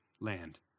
land